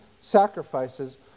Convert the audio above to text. sacrifices